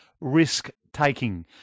risk-taking